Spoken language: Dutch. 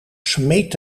smeet